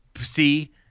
see